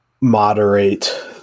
moderate